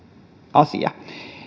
asia